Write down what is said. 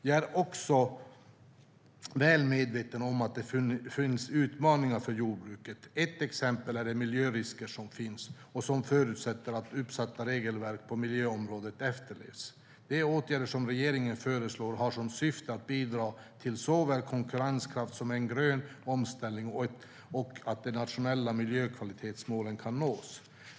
Jag är väl medveten om att det finns utmaningar för jordbruket. Ett exempel är de miljörisker som finns och som förutsätter att uppsatta regelverk på miljöområdet efterlevs. De åtgärder som regeringen föreslår har som syfte att bidra till såväl konkurrenskraft som en grön omställning och att de nationella miljökvalitetsmålen kan nås.